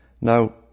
Now